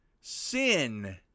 sin